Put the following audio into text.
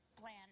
plan